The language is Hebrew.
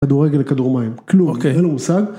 ‫כדורגל וכדור מים. ‫כאילו, אוקיי, אין לו מושג.